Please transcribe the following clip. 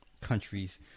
countries